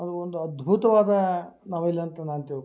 ಅದು ಒಂದು ಅದ್ಭುತವಾದ ನಾವೆಲ್ಲ ಅಂತ ನಾನು ತಿಳ್ಕೊಂಡೆ